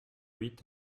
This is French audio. huit